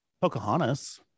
Pocahontas